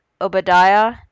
Obadiah